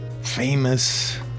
famous